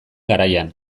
garaian